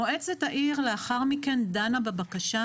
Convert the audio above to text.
מועצת העיר לאחר מכן דנה בבקשה,